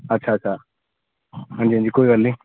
अच्छा अच्छा हांजी हांजी कोई गल्ल निं